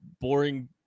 boring